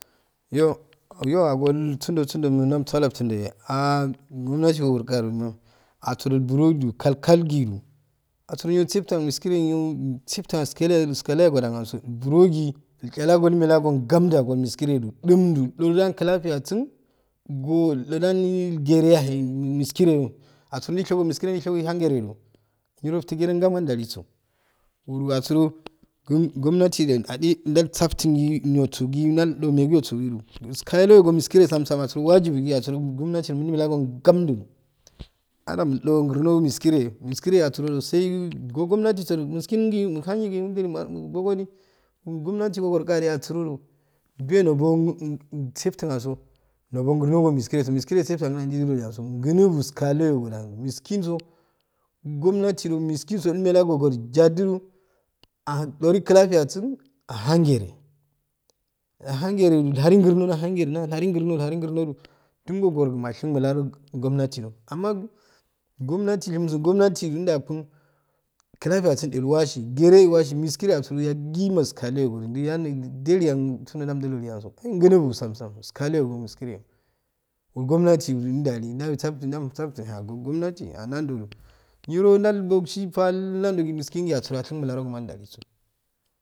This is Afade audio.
Yo yo agol sunjo sunjo niro tamsalo jeyay gomna surogoro kajo ma asuroburo ju kai kai giju asuro siftangi miskirenyo insiftansikilayo iskilayogotan aso buro giichai ago gimmey yamju ago imiskireju jom ju jor jam clatiya sun so dodani gereyayihemiskereyo asuro jaishigo miskiri jai shago ihangereju niro iti gerega majalso uro asuro gumm gominati je jaba atingi nochogi nai dome gisuyute iskaliyo go miskire sam sam asuro wajibogi asuro gomnati mulmelago gamjudu ajamwdo grno miskiri miskiri asuro saigo gonatiso ju miskingi muh anigi mediligi ma logoji uru gumnati gokoranga je asuroju juwe noburog insiftin anso noto grno go miskireso miskiresefeanso gini bo godan miskin so gomnatijo miskindo immelanga gojaouro ahan jori clafiyasin ahan gere ahan gereju ilharu grrnoahangerenando iharun grno iharun grnojujugo korogn mashnngo milaro gumnatijo amma gomnatinlomzo gomnati ginra bab clafiyason solwasi jereyewasi miskire asuwe yakkima iskalio gorin diniyanera jaliyan sunda na jiilili agundo so i ginibo sam sam iskaliyogomoi skire gomnati jali jawe saftin damo satin hagogomnati a nun judo niro jal bogsiso barnallo miskin asuro ashinge malarugo ma daliso.